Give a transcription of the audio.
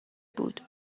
بود